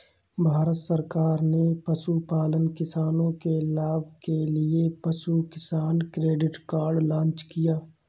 भारत सरकार ने पशुपालन किसानों के लाभ के लिए पशु किसान क्रेडिट कार्ड लॉन्च किया